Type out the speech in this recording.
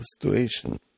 situation